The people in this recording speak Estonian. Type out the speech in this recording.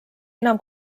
enam